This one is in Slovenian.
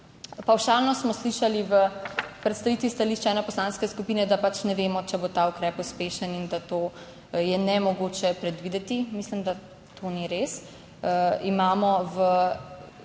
Pavšalno smo slišali v predstavitvi stališča ene poslanske skupine, da pač ne vemo, ali bo ta ukrep uspešen in da to je nemogoče predvideti. Mislim, da to ni res. Imamo v